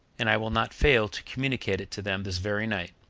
and i will not fail to communicate it to them this very night.